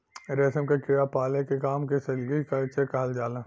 रेशम क कीड़ा पाले के काम के सेरीकल्चर कहल जाला